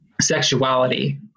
sexuality